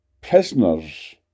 prisoners